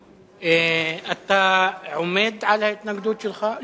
אתה עומד על ההתנגדות שלך?